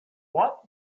what